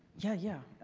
yeah. yeah.